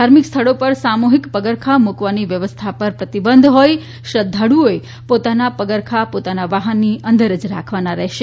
ધાર્મિક સ્થળો પર સામૂહિક પગરખાં મૂકવાની વ્યવસ્થા પર પ્રતિબંધ હોઇ શ્રદ્ધાળુઓએ પગરખાં પોતાના વાહનની અંદર જ રાખવાના રહેશે